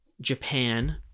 japan